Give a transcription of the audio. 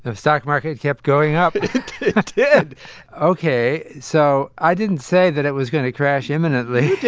um stock market kept going up it did ok, so i didn't say that it was going to crash imminently. did